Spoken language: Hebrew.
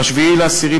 ב-7 באוקטובר,